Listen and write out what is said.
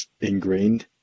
ingrained